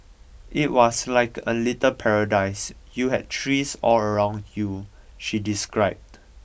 it was like a little paradise you had trees all around you she described